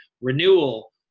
renewal